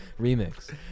remix